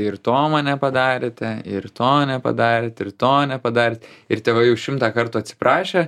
ir to man nepadarėte ir to nepadarėt ir to nepadarėt ir tėvai jau šimtą kartų atsiprašė